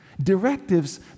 Directives